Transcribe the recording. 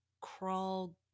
crawl